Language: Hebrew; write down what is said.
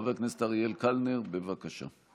חבר הכנסת אריאל קלנר, בבקשה.